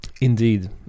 Indeed